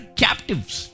captives